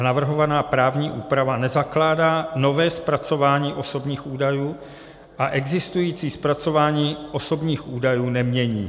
Navrhovaná právní úprava nezakládá nové zpracování osobních údajů a existující zpracování osobních údajů nemění.